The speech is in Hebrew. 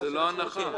זו לא הייתה ההנחה שלי.